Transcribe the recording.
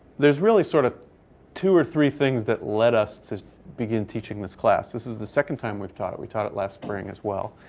there's really sort of two or three things that led us to begin teaching this class. this is the second time we've taught it. we taught it last spring as well.